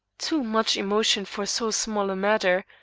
too much emotion for so small a matter,